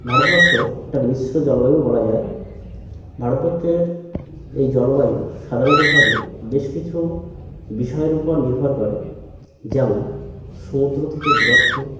ভারতবর্ষ একটা মিশ্র জলবায়ু বলা যায় ভারত এই জলবায়ু সাধারণতভাবে বেশ কিছু বিষয়ের উপর নির্ভর করে যেমন সমুদ্র থেকে দূরত্ব